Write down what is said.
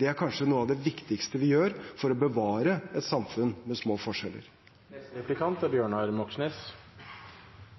Det er kanskje noe av det viktigste vi gjør for å bevare et samfunn med små forskjeller.